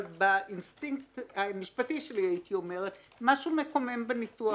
אבל באינסטינקט המשפטי שלי הייתי אומרת שמשהו מקומם בניסוח של זה.